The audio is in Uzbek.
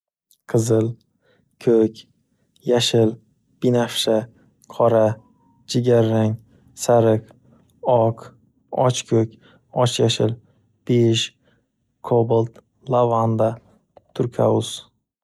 Qizil, ko'k, yashil, binafsha, qora, jigarrang, sariq, oq, ochko'k, ochyashil, bej, kobalt, lavanda, turkaus.